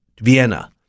Vienna